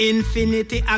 Infinity